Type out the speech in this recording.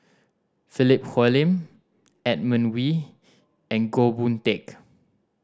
Philip Hoalim Edmund Wee and Goh Boon Teck